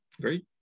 Great